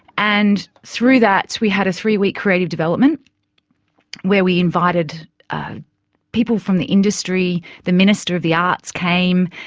and through that we had a three week creative development where we invited people from the industry, the minister of the arts came,